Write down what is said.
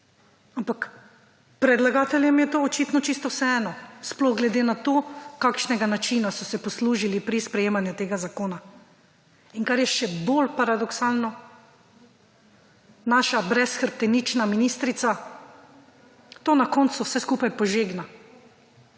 ampak predlagateljem je to očitno vseeno sploh glede na to kakšnega način so se poslužili pri sprejemanju tega zakona. In kar je še bolj paradoksalno, naša brezhrbtenična ministrica to na koncu vse skupaj požegna,